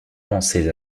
pensez